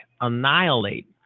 annihilate